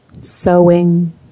sewing